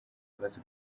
bibazo